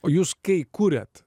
o jūs kai kuriat